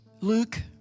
Luke